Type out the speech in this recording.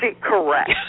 Correct